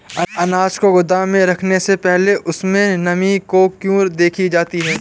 अनाज को गोदाम में रखने से पहले उसमें नमी को क्यो देखी जाती है?